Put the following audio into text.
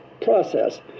process